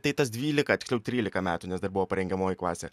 tai tas dvylika tiksliau trylika metų nes dar buvo parengiamoji klasė